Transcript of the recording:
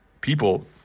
people